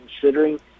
considering